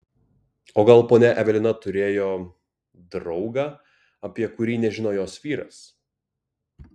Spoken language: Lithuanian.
o gal ponia evelina turėjo draugą apie kurį nežino jos vyras